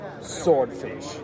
swordfish